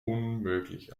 unmöglich